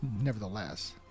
Nevertheless